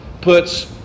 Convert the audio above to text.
puts